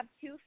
two